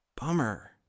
Bummer